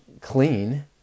clean